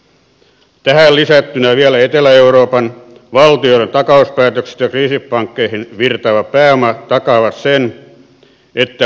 kun tähän lisätään vielä etelä euroopan valtioiden takauspäätökset ja kriisipankkeihin virtaava pääoma ne takaavat sen että olemme kriisin partaalla